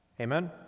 Amen